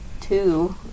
two